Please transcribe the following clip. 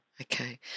Okay